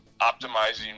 optimizing